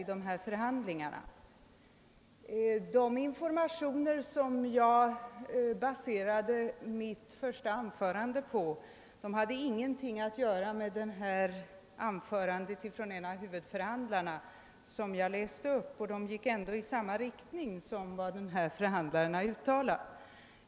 Jag vill nämna att de informationer som jag baserade mitt första anförande på inte hade grundat sig på det anförande av en av huvudförhandlarna som jag läste upp. De pekade ändå i samma riktning som den i vilken denne förhandlare uttalade sig.